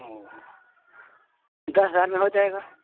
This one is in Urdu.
اوہ دس ہزار میں ہو جائے گا